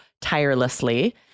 tirelessly